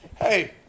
hey